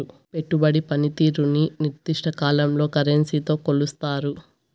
పెట్టుబడి పనితీరుని నిర్దిష్ట కాలంలో కరెన్సీతో కొలుస్తారు